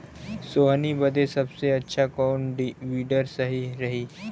सोहनी बदे सबसे अच्छा कौन वीडर सही रही?